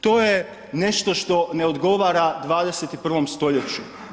To je nešto što ne odgovara 21. stoljeću.